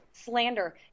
slander